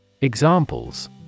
Examples